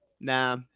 Nah